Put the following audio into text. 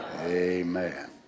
Amen